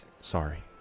Sorry